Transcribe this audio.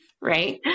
right